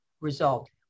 result